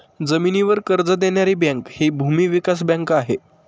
जमिनीवर कर्ज देणारी बँक हि भूमी विकास बँक आहे